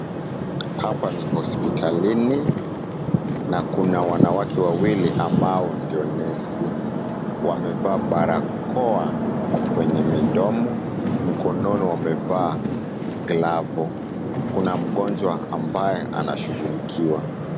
Hapa ni hospitalini na kuna wanawake wawili ambao ndio nesi. Wamevaa barakoa kwenye midomo, mkononi wamevaa glavu. Kuna mgonjwa ambaye anashughulikiwa.